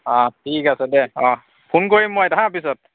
অঁ ঠিক আছে দে অঁ ফোন কৰিম মই হাঁ পিছত